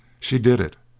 she did it,